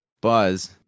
Buzz